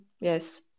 Yes